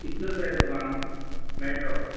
कितलो जाय तुका मेळटलो